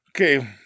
Okay